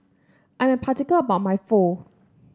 I'm particular about my Pho